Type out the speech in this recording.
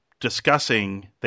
discussing